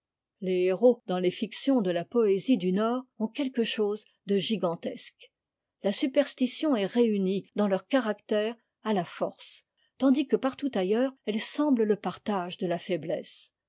iui mêmeles héros dans les fictions de la poésie du nord ont quelque chose de gigantesque la superstition est réunie dans leur caractère à a force tandis que partout ailleurs elle semble ie partage de la faiblesse